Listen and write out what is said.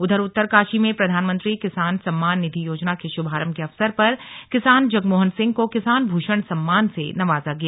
उधर उत्तरकाशी में प्रधानमंत्री किसान सम्मान निधि योजना के शुभारंभ के अवसर पर किसान जगमोहन सिंह को किसान भूषण सम्मान से नवाजा गया